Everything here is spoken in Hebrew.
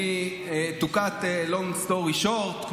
to cut long story short,